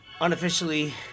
unofficially